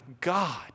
God